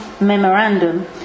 memorandum